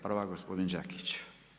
Prva gospodin Đakić.